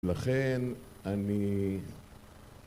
ולכן אני